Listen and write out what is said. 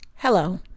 Hello